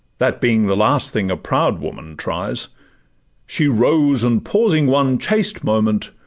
that being the last thing a proud woman tries she rose, and pausing one chaste moment,